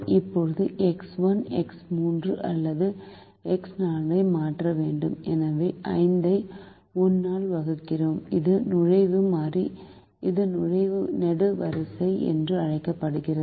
இப்போது x 1 x 3 அல்லது x 4 ஐ மாற்ற வேண்டும் எனவே 5 ஐ 1 ஆல் வகுக்கிறோம் இது நுழைவு மாறி இது நுழைவு நெடுவரிசை என்று அழைக்கப்படுகிறது